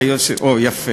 יפה.